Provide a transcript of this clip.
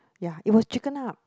ya it was chicken up